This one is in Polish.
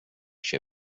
się